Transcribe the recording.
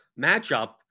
matchup